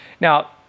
now